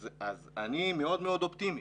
אז אני מאוד מאוד אופטימי.